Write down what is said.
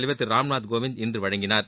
தலைவர் திரு ராம்நாத் கோவிந்த் இன்று வழங்கினார்